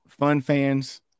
FUNFANS